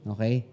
Okay